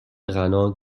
غنا